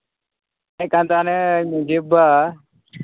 ᱪᱮᱫᱠᱟ ᱫᱚ ᱦᱟᱱᱮ ᱢᱟᱹᱡᱷᱤ ᱵᱟᱵᱟ